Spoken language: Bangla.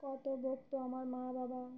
কত বকত আমার মা বাবা